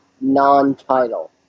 non-title